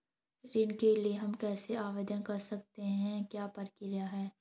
ऋण के लिए हम कैसे आवेदन कर सकते हैं क्या प्रक्रिया है?